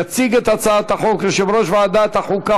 יציג את הצעת החוק יושב-ראש ועדת החוקה,